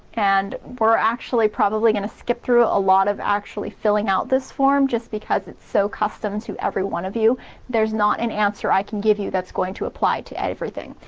and we're actually probably gonna skip through a lot of actually filling out this form, just because it's so custom to every one of you there's not an answer i can give you that's going to apply to everything.